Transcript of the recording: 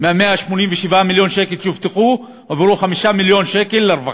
מה-187 מיליון שהובטחו הועברו 5 מיליון לרווחה.